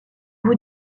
vous